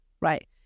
Right